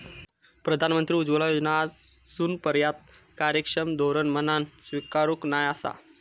प्रधानमंत्री उज्ज्वला योजना आजूनपर्यात कार्यक्षम धोरण म्हणान स्वीकारूक नाय आसा